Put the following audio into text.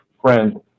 friend